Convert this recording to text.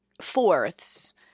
fourths